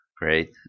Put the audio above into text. Great